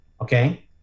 okay